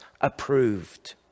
approved